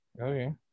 Okay